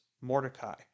Mordecai